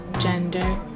gender